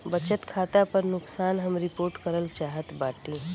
बचत खाता पर नुकसान हम रिपोर्ट करल चाहत बाटी